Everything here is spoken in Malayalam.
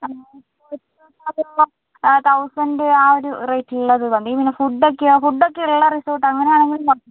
ഒരൂ തൗസൻഡ് ആ ഒരു റേറ്റിലുള്ളത് മതി പിന്നെ ഫുഡ് ഒക്കെയോ ഫുഡ് ഒക്കെയുള്ള റിസോർട്ട് അങ്ങനെ ആണെങ്കിലും